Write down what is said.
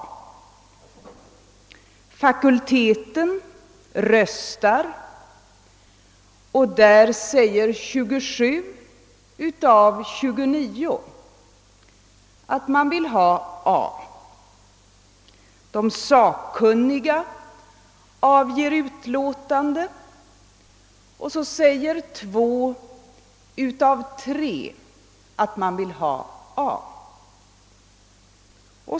I fakulteten röstar 27 av 29 för A, och av de sakkun: niga som avger: utlåtandet vill 2 av 3 förorda A.